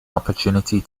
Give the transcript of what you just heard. opportunity